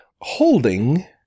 holding